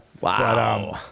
Wow